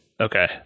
okay